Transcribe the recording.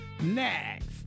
next